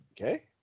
okay